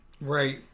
Right